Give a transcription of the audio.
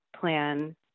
plan